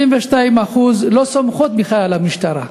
72% לא סומכות בכלל על המשטרה.